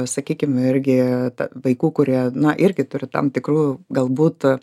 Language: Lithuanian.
sakykim irgi ta vaikų kurie na irgi turi tam tikrų galbūt